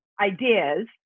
ideas